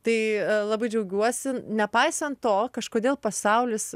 tai labai džiaugiuosi nepaisant to kažkodėl pasaulis